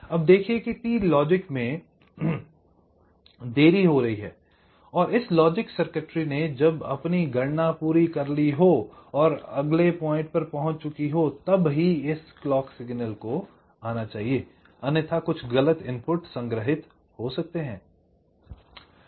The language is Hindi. अब देखिये की t लॉजिक में देरी हो रही है और इस लॉजिक सर्किटरी ने जब अपनी गणना पूरी कर ली हो और अगले पॉइंट पर पहुँच चुकी हो तब ही इस क्लॉक सिग्नल को आना चाहिए अन्यथा कुछ गलत इनपुट संग्रहित हो सकते हैं